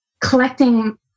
collecting